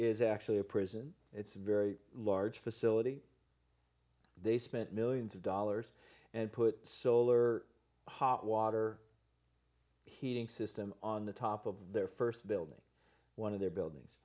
is actually a prison it's a very large facility they spent millions of dollars and put ready solar hot water heating system on the top of their st building one of their buildings